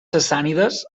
sassànides